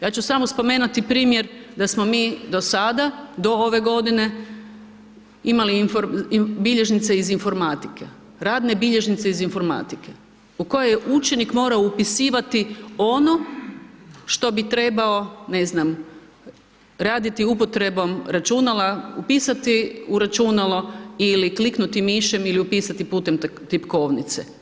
Ja ću sam spomenuti primjer da smo mi do sada do ove godine imali bilježnice iz informatike, radne bilježnice iz informatike u koje je učenik morao upisivati ono što bi trebao ne znam raditi upotrebom računala, upisati u računalo ili kliknuti mišem ili upisati putem tipkovnice.